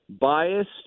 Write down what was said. biased